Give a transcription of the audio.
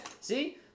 See